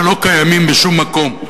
שלא קיימים בשום מקום,